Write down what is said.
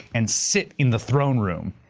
and sit in the throne room,